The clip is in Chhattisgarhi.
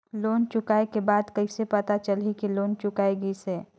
लोन चुकाय के बाद कइसे पता चलही कि लोन चुकाय गिस है?